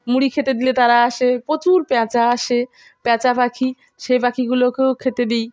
মুড়ি খেতে দিলে তারা আসে প্রচুর পেঁচা আসে পেঁচা পাখি সেই পাখিগুলোকেও খেতে দিই